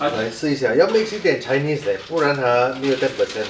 I insist ah 要 mix 一点 Chinese eh 不然 !huh! 没有 ten percent